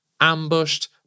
ambushed